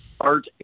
art